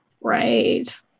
Right